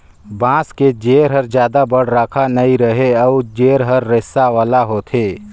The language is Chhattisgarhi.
बांस के जेर हर जादा बड़रखा नइ रहें अउ जेर हर रेसा वाला होथे